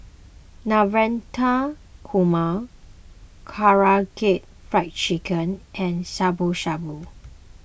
Navratan Korma Karaage Fried Chicken and Shabu Shabu